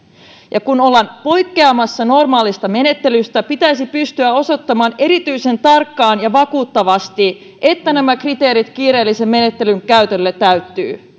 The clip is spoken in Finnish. kun ollaan poikkeamassa normaalista menettelystä pitäisi pystyä osoittamaan erityisen tarkkaan ja vakuuttavasti että nämä kriteerit kiireellisen menettelyn käytölle täyttyvät